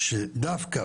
שדווקא